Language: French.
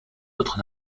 autres